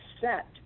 set